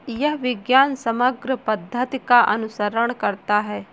यह विज्ञान समग्र पद्धति का अनुसरण करता है